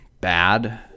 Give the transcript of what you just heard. bad